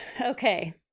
Okay